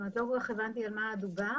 לא הבנתי על מה דובר.